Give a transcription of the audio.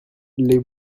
les